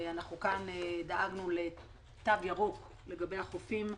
דאגנו לתו ירוק לגבי החופים.